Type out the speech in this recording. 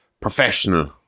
professional